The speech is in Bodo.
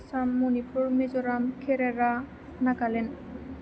आसाम मणिपुर मिज'राम केरेला नागालेण्ड